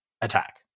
attack